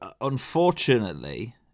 unfortunately